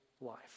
life